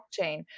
blockchain